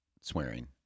swearing